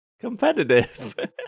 competitive